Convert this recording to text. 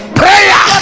prayer